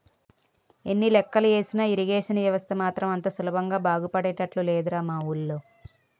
ఎన్ని లెక్కలు ఏసినా ఇరిగేషన్ వ్యవస్థ మాత్రం అంత సులభంగా బాగుపడేటట్లు లేదురా మా వూళ్ళో